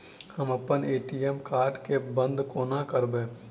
हम अप्पन ATM card केँ बंद कोना करेबै?